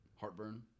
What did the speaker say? Heartburn